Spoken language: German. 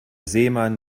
seemann